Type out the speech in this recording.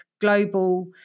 global